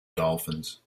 dolphins